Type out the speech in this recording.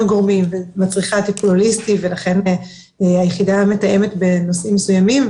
גורמים ומצריכה טיפול הוליסטי ולכן היחידה מתאמת בנושאים מסוימים,